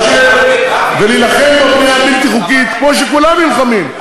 ולהילחם בבנייה הבלתי-חוקית, כמו שכולם נלחמים.